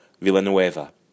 Villanueva